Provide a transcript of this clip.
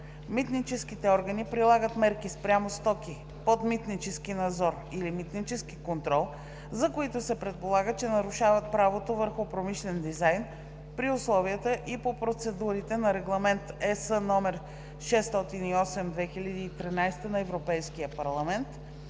Митническите органи прилагат мерки спрямо стоки под митнически надзор или митнически контрол, за които се предполага, че нарушават право върху промишлен дизайн, при условията и по процедурите на Регламент (ЕС) № 608/2013 на Европейския парламент